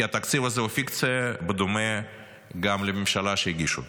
כי התקציב הזה הוא פיקציה בדומה גם לממשלה שהגישה אותו.